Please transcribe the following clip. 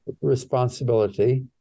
responsibility